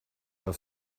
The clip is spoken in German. auf